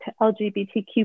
LGBTQ